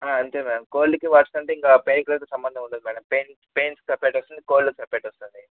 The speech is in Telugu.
అంతే మ్యామ్ కోల్డ్కి వర్షంకి అంటే ఇంకా పెయిన్ కిల్లర్తో సంబంధం ఉండదు మేడం పెయిన్స్కి సెపరేట్ వస్తుంది కోల్డ్కి సెపరేట్ వస్తుంది